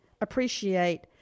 appreciate